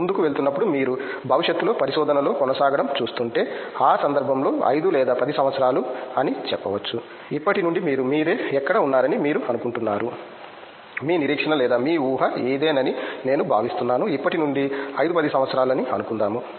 ముందుకు వెళుతున్నప్పుడు మీరు భవిష్యత్తులో పరిశోధనలో కొనసాగడం చూస్తుంటే ఆ సందర్భంలో 5 లేదా 10 సంవత్సరాలు అని చెప్పవచ్చు ఇప్పటి నుండి మీరు మీరే ఎక్కడ ఉన్నారని మీరు అనుకుంటున్నారు మీ నిరీక్షణ లేదా మీ ఊహ ఇదేనని నేను భావిస్తున్నాను ఇప్పటి నుండి 5 10 సంవత్సరాలు అని అనుకుందాము